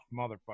motherfucker